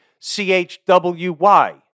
C-H-W-Y